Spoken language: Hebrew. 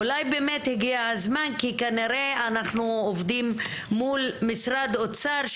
אולי באמת הגיע הזמן כי בגלל שעובדים מול משרד אוצר,